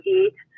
eat